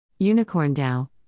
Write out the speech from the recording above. UnicornDAO